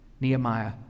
Nehemiah